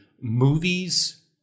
movies